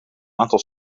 aantal